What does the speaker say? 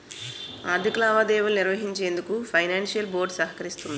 ఆర్థిక లావాదేవీలు నిర్వహించేందుకు ఫైనాన్షియల్ బోర్డ్ సహకరిస్తుంది